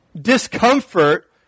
discomfort